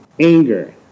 Anger